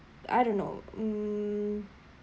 I don't know mm